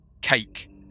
Cake